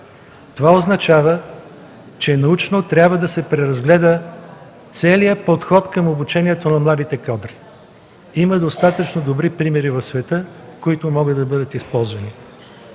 Това означава, че научно трябва да се преразгледа целият подход към обучението на младите кадри. Има достатъчно добри примери в света, които могат да бъдат използвани.